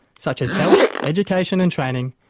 such as health, education and training,